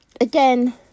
again